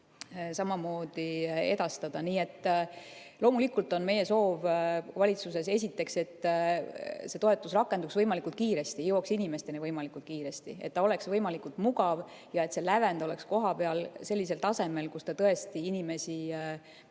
sinna edastada. Nii et loomulikult on meie soov valitsuses esiteks, et see toetus rakenduks võimalikult kiiresti, jõuaks inimesteni võimalikult kiiresti, et ta oleks võimalikult mugav ja et see lävend oleks kohapeal sellisel tasemel, kus ta tõesti inimesi aitab.